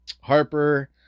Harper